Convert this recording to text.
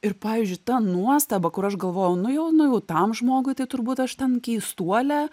ir pavyzdžiui ta nuostaba kur aš galvojau nu jau nu jau tam žmogui tai turbūt aš ten keistuolė